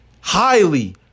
highly